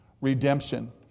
Redemption